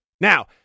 Now